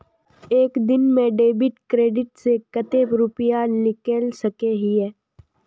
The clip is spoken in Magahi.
एक दिन में डेबिट कार्ड से कते रुपया निकल सके हिये?